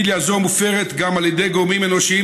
אידיליה זו מופרת גם על ידי גורמים אנושיים